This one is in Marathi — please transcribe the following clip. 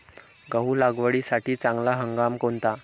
गहू लागवडीसाठी चांगला हंगाम कोणता?